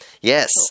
Yes